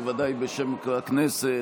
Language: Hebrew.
ובוודאי בשם הכנסת,